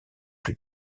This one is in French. plus